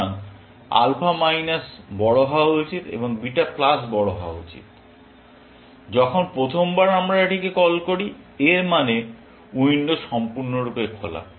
সুতরাং alpha minus বড় হওয়া উচিত এবং বিটা প্লাস বড় হওয়া উচিত যখন প্রথমবার আমরা এটিকে কল করি এর মানে উইন্ডো সম্পূর্ণরূপে খোলা